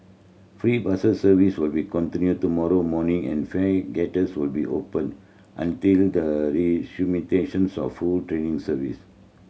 free bus service will be continue tomorrow morning and fare will be open until the of full training service